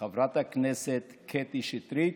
חברת הכנסת קטי שטרית,